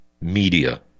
media